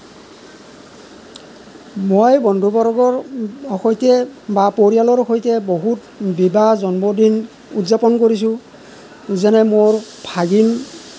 মই বন্ধুবৰ্গৰ সৈতে বা পৰিয়ালৰ সৈতে বহুত বিবাহ জন্মদিন উদযাপন কৰিছোঁ যেনে মোৰ ভাগিন